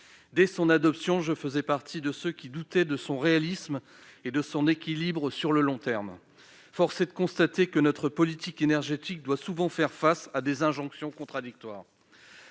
Dès son adoption, je faisais partie de ceux qui doutaient de son réalisme et de son équilibre sur le long terme. Force est de constater que notre politique énergétique doit souvent faire face à des injonctions contradictoires.